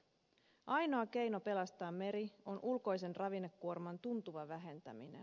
ainoa keino pelastaa meri on ulkoisen ravinnekuorman tuntuva vähentäminen